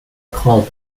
call